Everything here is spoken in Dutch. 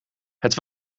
het